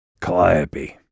Calliope